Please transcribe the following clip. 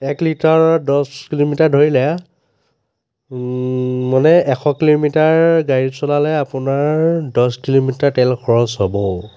এক লিটাৰত দহ কিলোমিটাৰ ধৰিলে মানে এশ কিলোমিটাৰ গাড়ী চলালে আপোনাৰ দহ কিলোমিটাৰ তেল খৰচ হ'ব